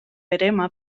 verema